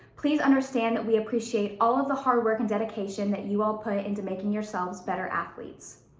please understand that we appreciate all of the hard work and dedication that you all put into making yourselves better athletes.